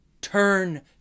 Turn